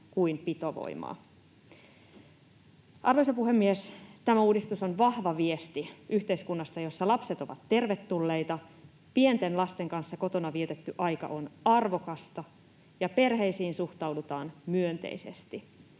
Arvoisa puhemies! Tämä uudistus on vahva viesti yhteiskunnasta, jossa lapset ovat tervetulleita, pienten lasten kanssa kotona vietetty aika on arvokasta ja perheisiin suhtaudutaan myönteisesti.